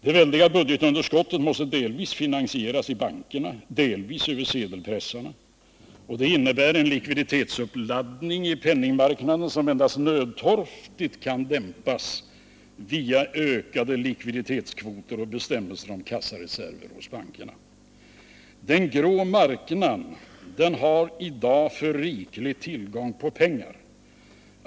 Det väldiga budgetunderskottet måste finansieras delvis genom bankerna, delvis med hjälp av sedelpressarna. Detta innebär en likviditetsuppladdning på penningmarknaden, som endast nödtorftigt kan dämpas via ökade likviditetskvoter och bestämmelser om kassareserver i bankerna. Den grå marknaden har i dag för riklig tillgång på pengar.